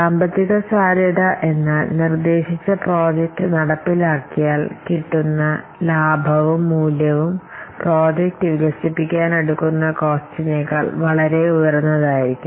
സാമ്പത്തിക സാധ്യത എന്നാൽ നിർദേശിച്ച പ്രോജക്ട് നടപ്പിലാക്കിയാൽ കിട്ടുന്ന ലാഭവും മൂല്യവും ഉറപ്പു വരുത്തുക എന്നതാണ് അത് കോസ്റ്റിനെ കടത്തിവെട്ടുന്നു അതിന്റെ ആനുകൂല്യങ്ങൾ പ്രോജക്ട് വികസിപ്പിക്കാൻ എടുക്കുന്ന കോസ്റ്റിനേകാൾ വളരെ വളരെ ഉയർന്ന വലുപ്പമുള്ളതായിരിക്കണം